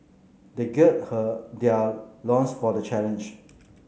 they gird her their loins for the challenge